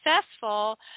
successful